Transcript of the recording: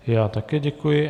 Já také děkuji.